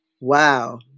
Wow